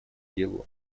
делу